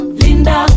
Linda